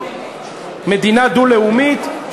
מדינה דו-לאומית,